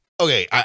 Okay